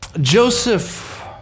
Joseph